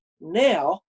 now